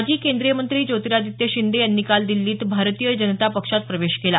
माजी केंद्रीय मंत्री ज्योतिरादित्य शिंदे यांनी काल दिल्लीत भारतीय जनता पक्षात प्रवेश केला